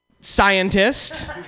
scientist